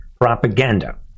propaganda